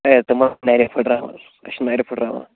ہے تِم ہا نَرِ پھُٹراوان مےٚ چھِ نَرِ پھُٹراوان